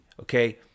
okay